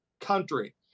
country